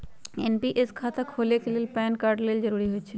NPS खता खोले के लेल पैन कार्ड लेल जरूरी होइ छै